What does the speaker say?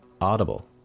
Audible